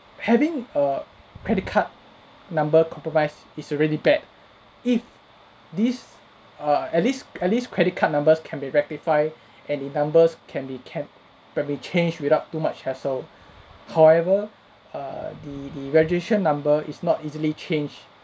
having a credit card number compromised is already bad if these err at least at least credit card numbers can be rectify and the numbers can be can to be changed without too much hassle however err the the registration number is not easily change